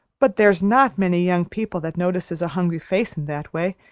but there's not many young people that notices a hungry face in that way,